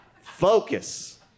Focus